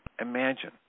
imagine